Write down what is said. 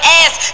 ass